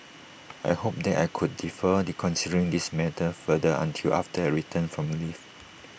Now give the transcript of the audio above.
I had hoped that I could defer considering this matter further until after I return from leave